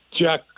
Jack